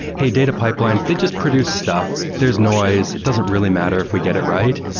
hey, data pipelines, they just produce stuff. there's noise. it doesn't really matter if we get it right.